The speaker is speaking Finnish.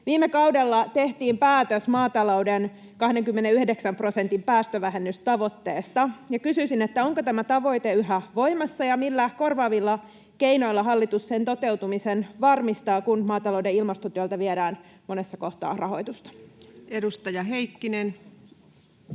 viime kaudella tehtiin päätös maatalouden 29 prosentin päästövähennystavoitteesta. Kysyisin: onko tämä tavoite yhä voimassa, ja millä korvaavilla keinoilla hallitus sen toteutumisen varmistaa, kun maatalouden ilmastotyöltä viedään monessa kohtaa rahoitusta? [Speech